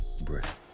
breath